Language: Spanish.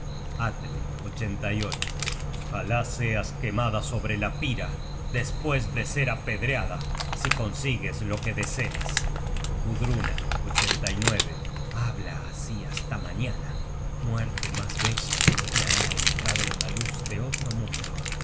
de tus funerales atle ojalá seas quemada sobre la pira despues de ser apedreada si consigues lo que deseas gudruna habla así hasta mañana muerte mas bella me hará entrar en la luz de otro mundo